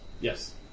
Yes